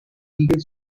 eagle